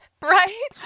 right